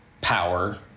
power